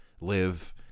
live